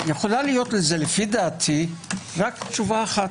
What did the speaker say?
יכולה להיות לדעתי תשובה אחת,